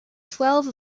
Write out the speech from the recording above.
twelve